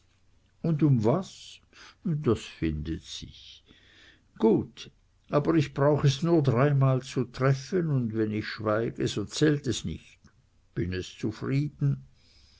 und um was das findet sich gut aber ich brauch es nur dreimal zu treffen und wenn ich schweige so zählt es nicht bin es zufrieden